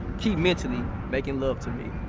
keep mentally making love to me.